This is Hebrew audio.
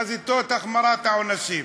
חזיתות החמרת העונשים,